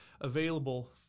available